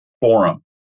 forum